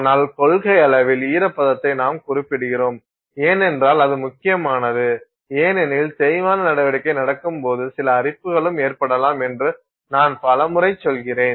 ஆனால் கொள்கையளவில் ஈரப்பதத்தை நாம் குறிப்பிடுகிறோம் ஏனென்றால் அது முக்கியமானது ஏனெனில் தேய்மான நடவடிக்கை நடக்கும் போது சில அரிப்புகளும் ஏற்படலாம் என்று நான் பல முறை சொல்கிறேன்